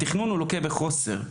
התכנון לוקה בחוסר.